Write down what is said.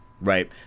Right